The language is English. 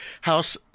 house